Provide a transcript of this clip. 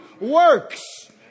works